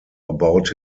about